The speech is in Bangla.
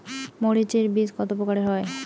মরিচ এর বীজ কতো প্রকারের হয়?